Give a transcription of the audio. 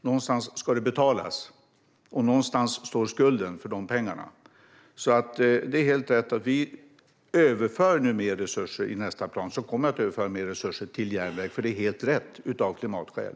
någonstans ska det betalas, och någonstans står skulden för de pengarna. Det är helt rätt att vi nu överför mer resurser. I nästa plan kommer vi att överföra mer resurser, för det är helt rätt av klimatskäl.